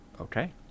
Okay